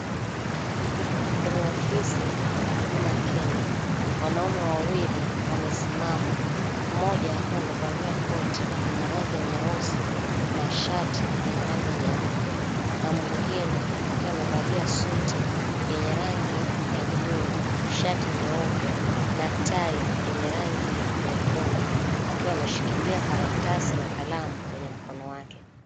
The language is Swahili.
Kwenye ofisi ya huduma Kenya. Wanaume wawili wamesimama. Mmoja akiwa amevalia koti lenye rangi nyeusi na shati lenye rangi nyeupe na mwingine akiwa amevalia suti yenye rangi ya blue , shati nyeupe na tai yenye rangi nyekundu akiwa ameshikilia karatasi na kalamu kwenye mkono wake.